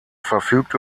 verfügt